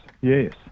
Yes